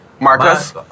Marcus